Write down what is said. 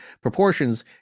proportions